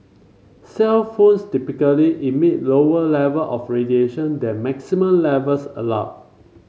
cellphones typically emit lower level of radiation than maximum levels allowed